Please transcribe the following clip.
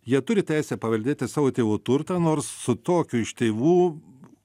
jie turi teisę paveldėti savo tėvų turtą nors su tokiu iš tėvų